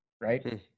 Right